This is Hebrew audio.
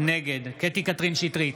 נגד קטי קטרין שטרית,